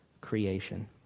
creation